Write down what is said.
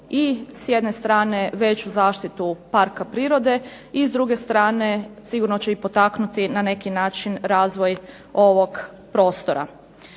i s jedne strane veću zaštitu Parka prirode i s druge strane sigurno će i potaknuti na neki način razvoj ovog prostora.